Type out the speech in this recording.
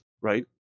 right